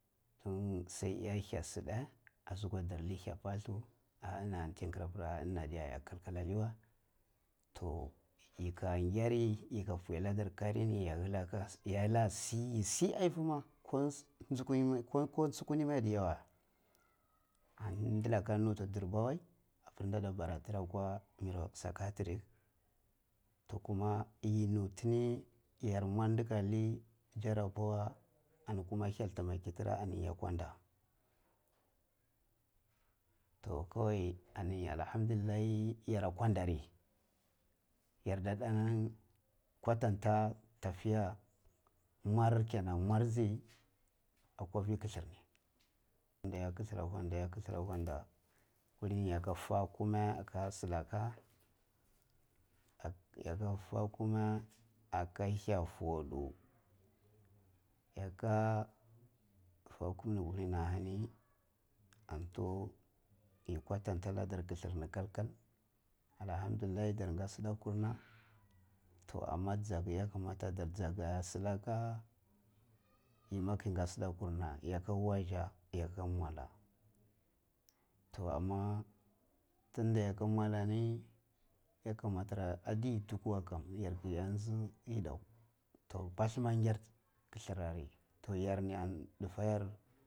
sai ya hiya sida asigwa dar nai hiya palu ah ini a dai iya nai kalkal a nai wa toh yi ka ngyari yi ka puya na dar kari ni ya hila ta si, yi si yi si ah yifi ma ko chungunyi ma yi ta iya we ani dilaka lutu ata dirba wai abir da ta bara tira akwa niro psychiatric toh kuma yi nuti ni yar mwar di ka li jarabawa and kuma hyal tamake tira ani ya gwanda, toh kowai ani allahamdullahi yara gwanda ri yarda dan kuwatanta tafiya muwar kenan muwar ji akwa fi khathar ni da ya khathar akwa ni da ya khathar akwada kulini ya ka fa kuma aka silaka ya ka fa kuma aka hiya fotu yaka fa kum ni kulini a hani an tu yi guwantatu la dar ki lir ni kalkal allahamdillai dar kati sida kurna toh amma jyaga ya kamata a dar tyaga silaka yima ke ngati sida kura ya ka waza yaka mwala toh amma tun da ya ka mwala ni yakamata adi duku klathar ah yi toh ani yar ni tifa yar.